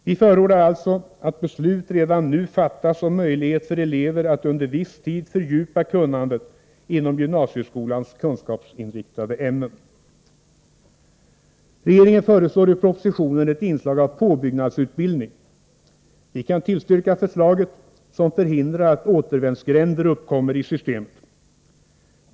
Vi förordar alltså att beslut redan nu fattas om möjlighet för elever att under viss tid fördjupa kunnandet inom gymnasieskolans kunskapsinriktade ämnen. Regeringen föreslår i propositionen ett inslag av påbyggnadsutbildning. Vi kan tillstyrka förslaget, som förhindrar att återvändsgränder uppkommer i systemet.